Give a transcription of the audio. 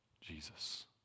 Jesus